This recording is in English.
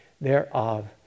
Thereof